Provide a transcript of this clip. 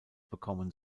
bekommen